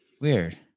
weird